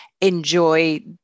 enjoy